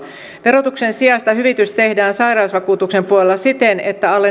verotuksen sijasta hyvitys tehdään sairausvakuutuksen puolella siten että alle